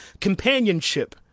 companionship